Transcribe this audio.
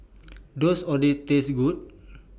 Does Oden Taste Good